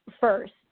first